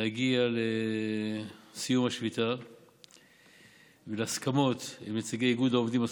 להגיע לסיום השביתה ולהסכמות עם נציגי איגוד העובדים הסוציאליים,